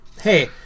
Hey